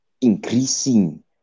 increasing